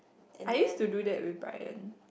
I used to do that with Bryan